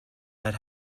had